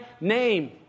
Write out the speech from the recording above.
name